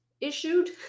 issued